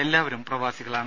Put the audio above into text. എല്ലാവരും പ്രവാസികളാണ്